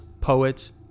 poets